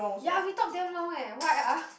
ya we talk damn long eh why ah